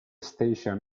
station